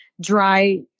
dry